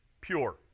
pure